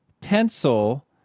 Pencil